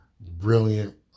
brilliant